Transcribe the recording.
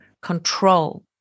control